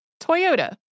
Toyota